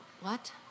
What